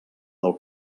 del